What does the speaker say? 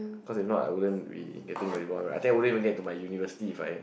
cause if not I wouldn't be getting my right I think I wouldn't even get to my university if I